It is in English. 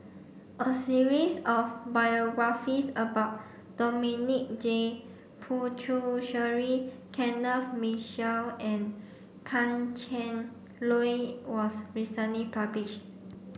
a series of biographies about Dominic J Puthucheary Kenneth Mitchell and Pan Cheng Lui was recently published